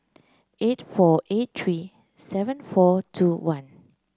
eight four eight three seven four two one